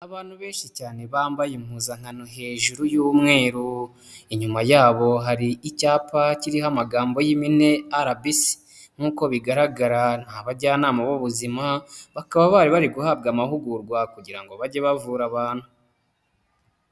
Abantu benshi cyane bambaye impuzankano hejuru y'umweru, inyuma yabo hari icyapa kiriho amagambo y'ipine RBC, nk'uko bigaragara abajyanama b'ubuzima bakaba bari bari guhabwa amahugurwa kugira ngo bajye bavura abantu.